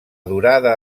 durada